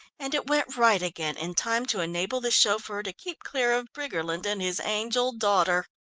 and it went right again in time to enable the chauffeur to keep clear of briggerland and his angel daughter!